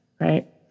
right